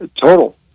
total